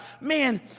Man